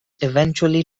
eventually